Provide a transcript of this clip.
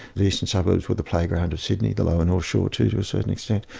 the eastern suburbs were the playground of sydney, the lower north shore too, to a certain extent,